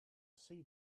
see